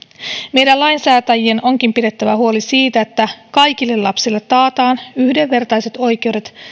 meidän lainsäätäjien onkin pidettävä huoli siitä että kaikille lapsille taataan yhdenvertaiset oikeudet